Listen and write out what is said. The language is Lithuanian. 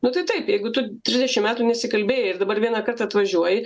nu tai taip jeigu tu trisdešimt metų nesikalbėjai ir dabar vieną kartą atvažiuoji